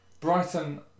Brighton